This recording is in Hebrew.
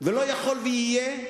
ולא יהיה